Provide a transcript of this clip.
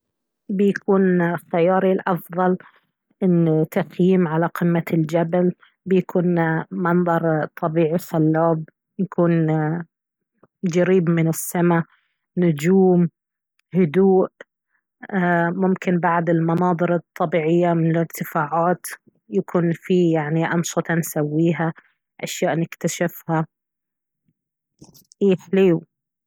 بيكون خياري الأفضل أن تخيم على قمة الجبل بيكون منظر طبيعي خلاب يكون قريب من السما نجوم هدوء ايه ممكن بعد المناظر الطبيعية من الارتفاعات يكون فيه يعني أنشطة نسويها اه أشياء نكتشفها اي حليو